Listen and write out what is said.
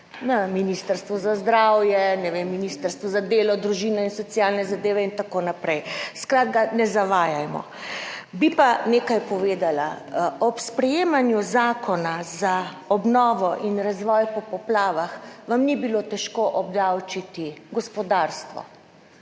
Ministrstvu za zdravje, ne vem, Ministrstvu za delo, družino in socialne zadeve, in tako naprej. Skratka ne zavajajmo. Bi pa nekaj povedala. Ob sprejemanju Zakona za obnovo in razvoj po poplavah vam ni bilo težko obdavčiti gospodarstvo.